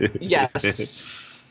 Yes